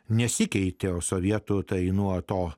nesikeitė o sovietų tai nuo to